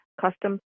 custom